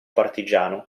partigiano